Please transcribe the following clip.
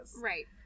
Right